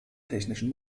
technischen